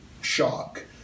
shock